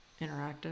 interactive